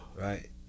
Right